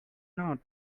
not